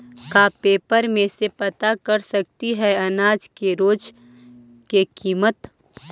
का पेपर में से पता कर सकती है अनाज के रोज के किमत?